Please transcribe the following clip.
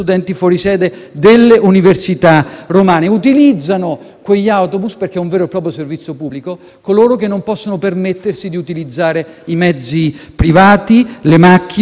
quegli autobus, perché è un vero e proprio servizio pubblico, coloro che non possono permettersi di utilizzare i mezzi privati, le automobili o i treni, quindi le persone più deboli. La Tiburtina,